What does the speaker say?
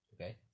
Okay